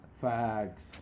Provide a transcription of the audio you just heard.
Facts